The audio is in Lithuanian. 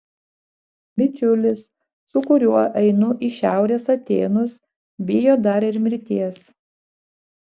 bičiulis su kuriuo einu į šiaurės atėnus bijo dar ir mirties